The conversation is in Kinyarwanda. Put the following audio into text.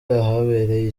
ahabereye